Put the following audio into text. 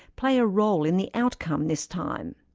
play a role in the outcome this time?